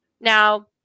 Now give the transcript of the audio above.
Now